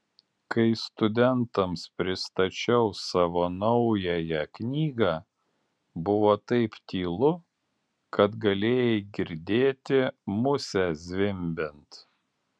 kai studentams pristačiau savo naująją knygą buvo taip tylu kad galėjai girdėti musę zvimbiant